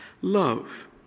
love